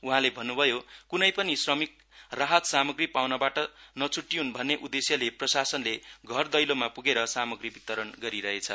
उहाँले भन्न्भयो क्नै पनि श्रमिक राहत सामाग्री पाउनबाट नछ्टिय्न् भन्ने उद्देश्यले प्रशासनले घर दैलोमा प्गेर सामाग्री वितरण गरिरहेछ